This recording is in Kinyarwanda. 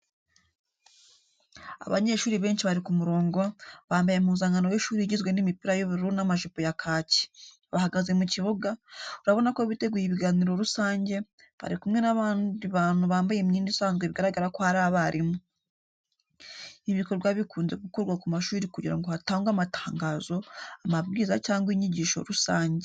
Abanyeshuri benshi bari ku murongo, bambaye impuzankano y’ishuri igizwe n'imipira y'ubururu n'amajipo ya kaki, bahagaze mu kibuga, urabona ko biteguye ibiganiro rusange, bari kumwe n'abandi bantu bambaye imyenda isanzwe bigaragara ko ari abarimu. Ibi bikorwa bikunze gukorwa ku mashuri kugira ngo hatangwe amatangazo, amabwiriza cyangwa inyigisho rusange.